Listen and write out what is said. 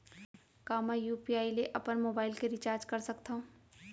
का मैं यू.पी.आई ले अपन मोबाइल के रिचार्ज कर सकथव?